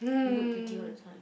you look pretty all the time